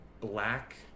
black